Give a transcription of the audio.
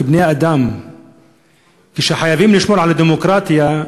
כבני-אדם שחייבים לשמור על הדמוקרטיה,